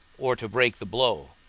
or to break the blow?